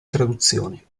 traduzioni